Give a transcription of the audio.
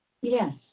Yes